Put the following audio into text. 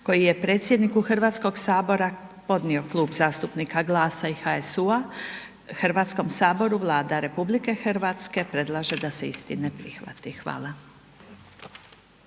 koji je predsjedniku Hrvatskog sabora podnio Klub zastupnika GLAS-a i HSU-a Hrvatskog saboru, Vlada RH predlaže da se isti ne prihvati. Hvala.